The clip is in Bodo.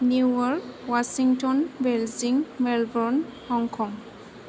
new York Washington Beijing Melbourne Hong Kong